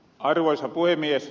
arvoisa puhemies